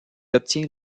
obtient